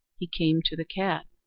he came to the cat.